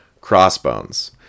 Crossbones